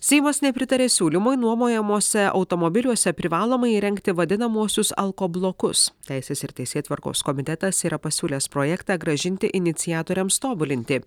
seimas nepritarė siūlymui nuomojamuose automobiliuose privalomai įrengti vadinamuosius alkoblokus teisės ir teisėtvarkos komitetas yra pasiūlęs projektą grąžinti iniciatoriams tobulinti